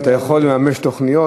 אתה יכול לממש תוכניות,